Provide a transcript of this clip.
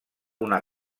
una